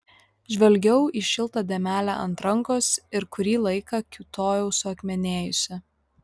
žvelgiau į šiltą dėmelę ant rankos ir kurį laiką kiūtojau suakmenėjusi